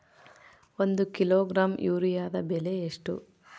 ಒಂದು ಕಿಲೋಗ್ರಾಂ ಯೂರಿಯಾದ ಬೆಲೆ ಎಷ್ಟು?